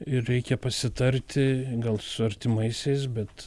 ir reikia pasitarti gal su artimaisiais bet